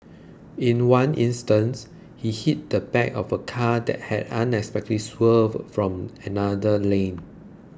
in one instance he hit the back of a car that had unexpectedly swerved from another lane